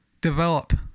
develop